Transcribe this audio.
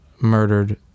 murdered